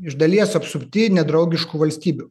iš dalies apsupti nedraugiškų valstybių